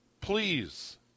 Please